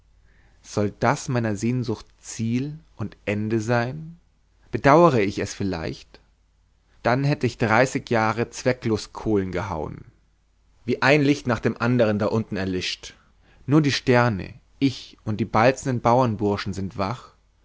soll das meiner sehnsucht ziel und ende sein bedauere ich es vielleicht dann hätte ich dreißig jahre zwecklos kohlen gehauen wie ein licht nach dem andern da unten erlischt nur die sterne ich und die balzenden bauernburschen sind wach